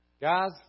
guys